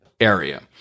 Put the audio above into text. area